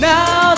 Now